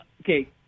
okay